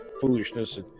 foolishness